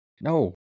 No